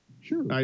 Sure